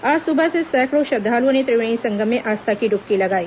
आज सुबह से सैकड़ों श्रद्वालुओं ने त्रिवेणी संगम में आस्था की ड्बकी लगाई